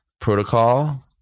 Protocol